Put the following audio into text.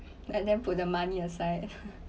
let them put the money aside